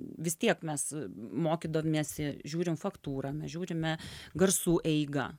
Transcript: vis tiek mes mokydamiesi žiūrim faktūrą mes žiūrime garsų eigą